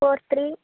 four three